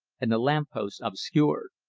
and the lamp-posts obscured.